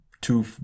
two